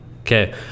Okay